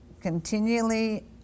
continually